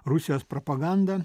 rusijos propaganda